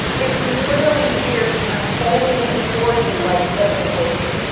it's literally here just unfolding before you like let me help you.